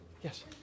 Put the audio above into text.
Yes